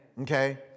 okay